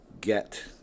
get